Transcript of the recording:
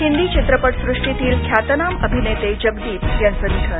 हिंदी चित्रपट सृष्टितील ख्यातनाम अभिनेते जगदीप यांचं निधन